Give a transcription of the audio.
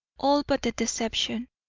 all but the deception,